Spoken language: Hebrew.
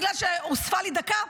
בגלל שהוספה לי דקה,